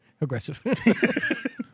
Aggressive